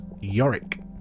Yorick